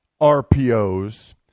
RPOs